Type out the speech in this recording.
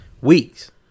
weeks